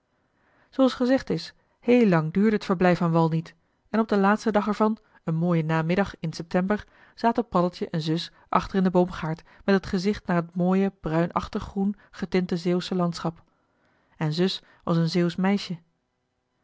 zooals gezegd is heel lang duurde het verblijf aan wal niet en op den laatsten dag ervan een mooien namiddag in september zaten paddeltje en zus achter in den boomgaard met het gezicht naar het mooie bruinachtig groen getinte zeeuwsche landschap en zus was een zeeuwsch meisje